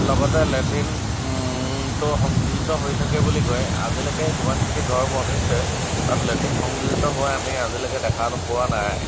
লগতে লেট্ৰিন টো সংযোজিত হৈ থাকে বুলি কয় আজিলৈকে যিমানখিনি ঘৰ বনিছে তাত লেট্ৰিন সংযোজিত হোৱা আমি আজিলৈকে দেখা পোৱা নাই